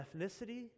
ethnicity